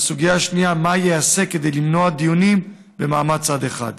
והסוגיה השנייה: מה ייעשה כדי למנוע דיונים במעמד צד אחד?